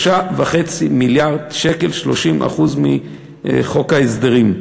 3.5 מיליארד שקלים, 30% מחוק ההסדרים.